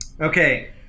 Okay